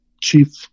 chief